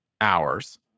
hours